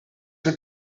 met